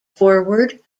forward